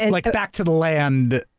and like back to the land.